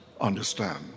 understand